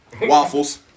waffles